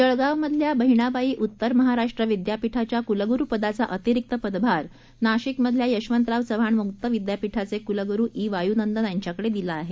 जळगाव मधल्या बहिणाबाई उत्तर महाराष्ट्र विद्यापीठाच्या कुलगुरू पदाचा अतिरिक्त पदभार नाशिकमधल्या यशवंतराव चव्हाण मुक्त विद्यापीठाचे कुलगुरू ई वायुनंदन यांच्याकडे दिला आहे